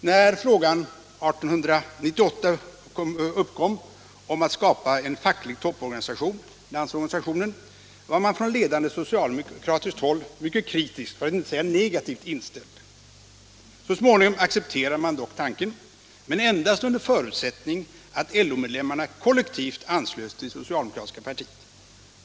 När frågan år 1898 uppkom om att skapa en facklig topporganisation, Landsorganisationen, var man på ledande socialdemokratiskt håll mycket kritiskt för att inte säga negativt inställd. Så småningom accepterade man dock tanken, men endast under förutsättning att LO-medlemmarna kollektivt anslöts till socialdemokratiska partiet.